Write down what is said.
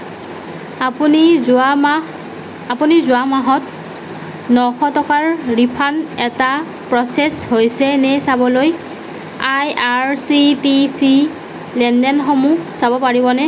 আপুনি যোৱা মাহ আপুনি যোৱা মাহত নশ টকাৰ ৰিফাণ্ড এটা প্ৰচেছ হৈছে নে চাবলৈ I R C T C লেনদেনসমূহ চাব পাৰিবনে